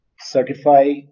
certify